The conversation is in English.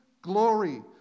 Glory